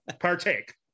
partake